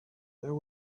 there